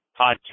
podcast